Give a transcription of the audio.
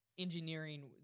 engineering